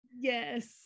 yes